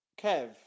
Kev